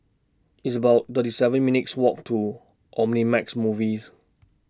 It's about thirty seven minutes' Walk to Omnimax Movies